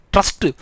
Trust